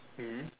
mm